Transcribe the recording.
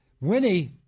Winnie